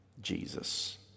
Jesus